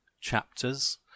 chapters